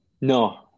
No